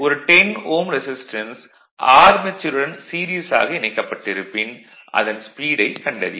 ஒரு 10 Ω ரெசிஸ்டன்ஸ் ஆர்மெச்சூருடன் சீரிஸ் ஆக இணைக்கப்பட்டிருப்பின் அதன் ஸ்பீடைக் கண்டறிக